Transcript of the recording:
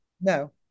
No